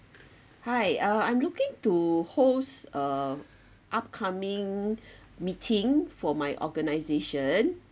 hi uh I'm looking to hosts uh upcoming meeting for my organization